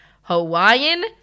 hawaiian